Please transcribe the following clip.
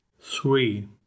Three